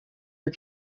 are